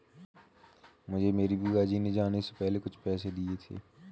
मुझे मेरी बुआ जी ने जाने से पहले कुछ पैसे दिए थे